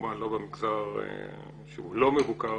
כמובן לא במגזר שהוא לא מבוקר